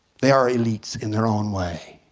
they are elites in their own way.